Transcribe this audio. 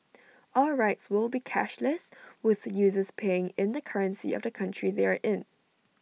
all rides will be cashless with users paying in the currency of the country they are in